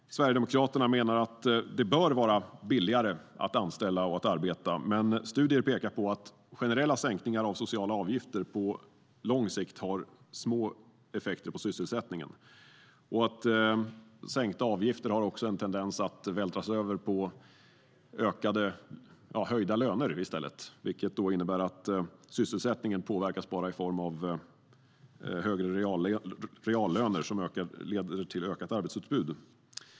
Sverigedemokraternas menar att det bör vara billigare att anställa och arbeta. Studier pekar på att generella sänkningar av sociala avgifter på lång sikt har små effekter på sysselsättningen. Sänkta avgifter har också en tendens att vältras över och bli till högre löner, vilket innebär att sysselsättningen påverkas enbart i form av högre reallöner, som leder till ett ökat arbetsutbud.